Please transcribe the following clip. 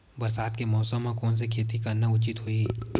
बरसात के मौसम म कोन से खेती करना उचित होही?